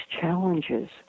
challenges